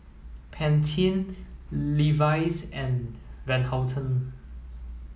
Pantene Levi's and Van Houten